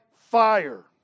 fire